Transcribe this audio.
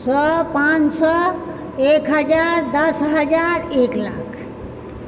सए पाँच सए एक हजार दश हजार एक लाख